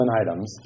items